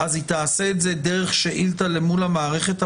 היא תעשה את זה דרך שאילתא למול המערכת המרכזית?